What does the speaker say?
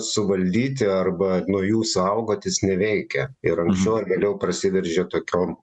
suvaldyti arba nuo jų saugotis neveikia ir anksčiau ar vėliau prasiveržia tokiom